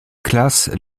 classent